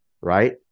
right